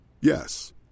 Yes